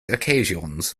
occasions